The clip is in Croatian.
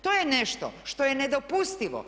To je nešto što je nedopustivo.